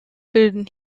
bilden